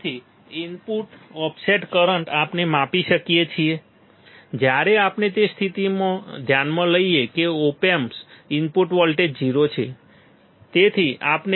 તેથી input offset current આપણે માપી શકીએ છીએ જ્યારે આપણે એ સ્થિતિને ધ્યાનમાં લઈએ કે ઓપ એમ્પના ઇનપુટ વોલ્ટેજ 0 છે